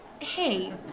Hey